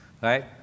Right